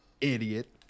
Idiot